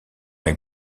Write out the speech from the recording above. est